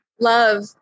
love